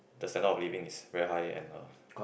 the standard of living is very high and uh